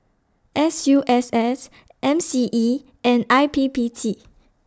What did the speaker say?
S U S S M C E and I P P T